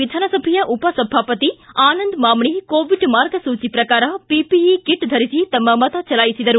ವಿಧಾನಸಭೆಯ ಉಪ ಸಭಾಪತಿ ಆನಂದ ಮಾಮನಿ ಕೋವಿಡ್ ಮಾರ್ಗಸೂಚಿ ಪ್ರಕಾರ ಪಿಪಿಇ ಕಿಟ್ ಧರಿಸಿ ತಮ್ಮ ಮತ ಚಲಾಯಿಸಿದರು